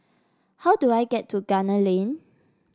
how do I get to Gunner Lane